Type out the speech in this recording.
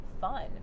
fun